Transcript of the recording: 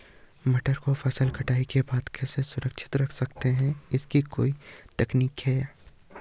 मटर को फसल कटाई के बाद कैसे सुरक्षित रख सकते हैं इसकी कोई तकनीक है?